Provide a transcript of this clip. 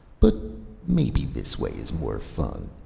but maybe this way is more fun,